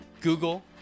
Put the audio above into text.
google